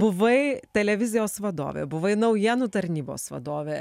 buvai televizijos vadovė buvai naujienų tarnybos vadovė